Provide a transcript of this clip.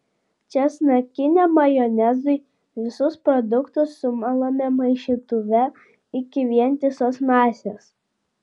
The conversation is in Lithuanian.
česnakiniam majonezui visus produktus sumalame maišytuve iki vientisos masės